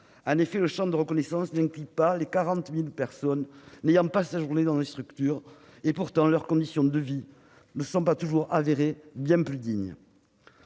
En effet, le champ de la reconnaissance n'inclut pas les 40 000 personnes n'ayant pas séjourné dans ces structures, alors que leurs conditions de vie ne se sont pas toujours révélées plus dignes.